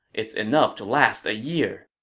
it's enough to last a year.